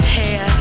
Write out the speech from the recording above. hair